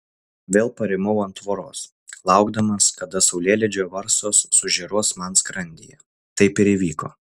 vėl parimau ant tvoros laukdamas kada saulėlydžio varsos sužėruos man skrandyje taip ir įvyko